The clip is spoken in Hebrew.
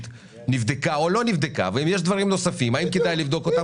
נבדקה או לא והאם יש דברים נוספים שכדאי לבדוק.